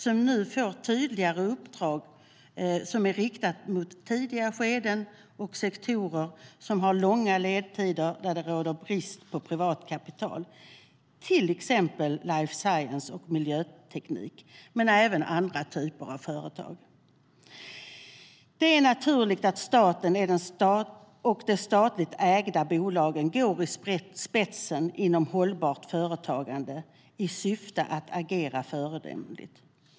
De får nu tydligare uppdrag riktade mot tidiga skeden och sektorer som har långa ledtider och där det råder brist på privat kapital, till exempel life science och miljöteknik men även andra typer av företag. Det är naturligt att staten och de statligt ägda bolagen går i spetsen inom hållbart företagande i syfte att agera föredömligt.